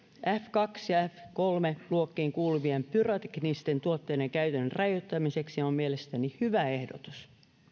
f kaksi ja f kolme luokkiin kuuluvien pyroteknisten tuotteiden käytön rajoittamiseksi on mielestäni hyvä ehdotus